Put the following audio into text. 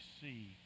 see